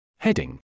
Heading